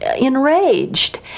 enraged